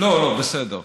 לא, בסדר,